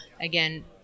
again